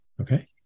Okay